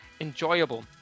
enjoyable